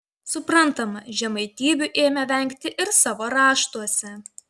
suprantama žemaitybių ėmė vengti ir savo raštuose